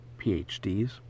PhDs